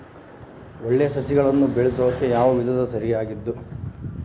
ಒಳ್ಳೆ ಸಸಿಗಳನ್ನು ಬೆಳೆಸೊಕೆ ಯಾವ ವಿಧಾನ ಸರಿಯಾಗಿದ್ದು?